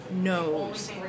knows